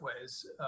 ways